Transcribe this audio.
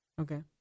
Okay